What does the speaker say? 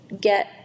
get